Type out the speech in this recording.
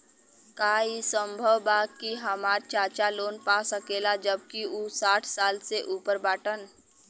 का ई संभव बा कि हमार चाचा लोन पा सकेला जबकि उ साठ साल से ऊपर बाटन?